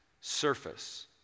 surface